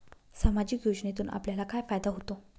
सामाजिक योजनेतून आपल्याला काय फायदा होतो?